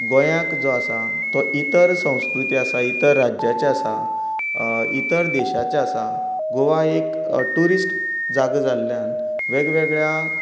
गोंयाक जो आसा तो इतर संस्कृती आसा इतर राज्याचे आसा इतर देशाचे आसा गोवा एक ट्युरीस्ट जागो जाल्ल्यान वेगवेगळ्या